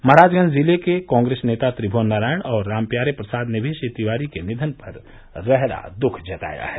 महराजगंज जिले के कॉग्रेस नेता त्रिमुवन नारायण और रामप्यारे प्रसाद ने भी श्री तिवारी के निधन पर दुख जताया है